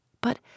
But